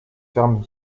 fermé